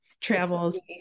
travels